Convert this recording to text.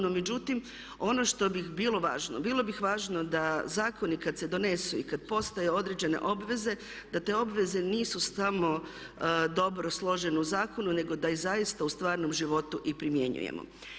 No međutim, ono što bi bilo važno, bilo bi važno da zakoni kad se donesu i kad postoje određene obveze, da te obveze nisu samo dobro složene u zakonu nego da je zaista u stvarnom životu i primjenjujemo.